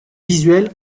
visuelle